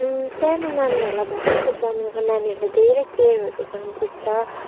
सानो नानीहरूलाई भर्खरको जन्मेको नानीहरूलाई धेरै केयरहरू गर्नुपर्छ